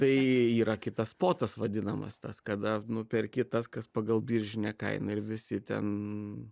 tai yra kitas spostas vadinamas tas kada nu perki tas kas pagal biržinę kainą ir visi ten